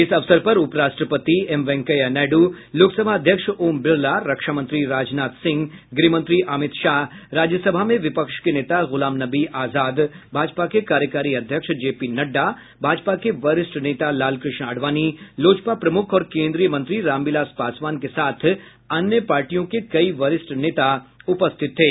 इस अवसर पर उपराष्ट्रपति एम वेंकैया नायडू लोकसभा अध्यक्ष ओम बिरला रक्षा मंत्री राजनाथ सिंह गृह मंत्री अमित शाह राज्यसभा में विपक्ष के नेता गुलाम नबी आजाद भाजपा के कार्यकारी अध्यक्ष जेपी नड्डा भाजपा के वरिष्ठ नेता लालकृष्ण आडवाणी लोजपा प्रमुख और केन्द्रीय मंत्री राम विलास पासवान के साथ अन्य पार्टियों के कई वरिष्ठ नेता उपस्थित थे